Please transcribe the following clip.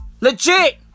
Legit